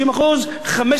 15% מס.